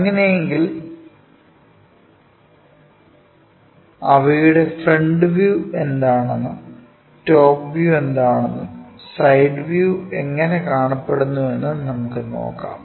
അങ്ങിനെ എങ്കിൽ അവയുടെ ഫ്രണ്ട് വ്യൂ എന്താണെന്നും ടോപ് വ്യൂ എന്താണെന്നും സൈഡ് വ്യൂ എങ്ങനെ കാണപ്പെടുന്നുവെന്നും നമുക്ക് നോക്കാം